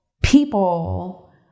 people